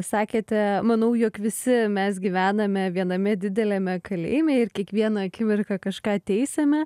sakėte manau jog visi mes gyvename viename dideliame kalėjime ir kiekvieną akimirką kažką teisiame